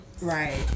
Right